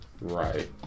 Right